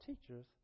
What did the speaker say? teachers